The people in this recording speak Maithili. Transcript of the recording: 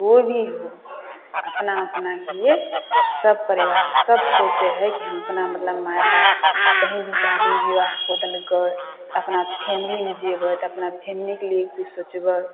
कोइ भी हो अपना अपनाके लिए सब परिवार सब सोचै हइ कि हम अपना मतलब माइ बाप कहीँ भी शादी विवाह कऽ देलकै तऽ अपना फैमिलीमे जेबै तऽ अपना फैमिलीके लिए किछु सोचबै